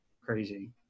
crazy